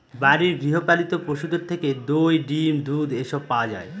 বাড়ির গৃহ পালিত পশুদের থেকে দই, ডিম, দুধ এসব পাওয়া যায়